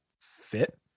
fit